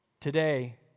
Today